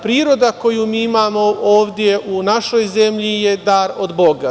Priroda koju mi imamo ovde u našoj zemlji je dar od Boga.